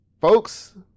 Folks